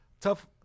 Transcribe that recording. tough